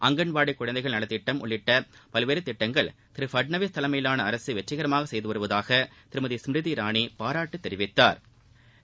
அங்கன்வாடி குழந்தைகள் நலத்திட்டம் உள்ளிட்ட பல்வேறு திட்டங்களை திரு பட்னவிஸ் தலைமையிலான அரசு வெற்றிகரமாக செய்து வருவதாக திருமதி ஸ்மிருதி இரானி பாராட்டு தெரிவித்தாா்